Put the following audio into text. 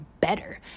better